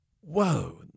whoa